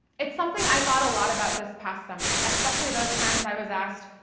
it's something i thought a lot about this past summer, especially those times i was asked,